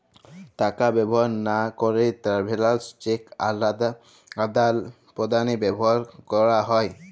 টাকা ব্যবহার লা ক্যেরে ট্রাভেলার্স চেক আদাল প্রদালে ব্যবহার ক্যেরে হ্যয়